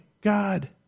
God